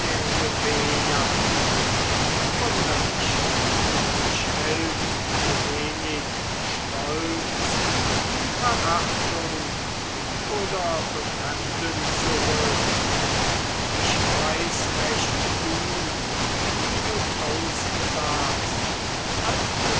wunderlicher mich hält so wenig stolz wie verachtung oder befremden zurück ich weiß recht gut wie du aussahst als du